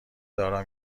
دارا